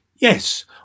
yes